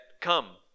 come